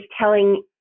telling